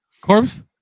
Corpse